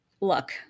look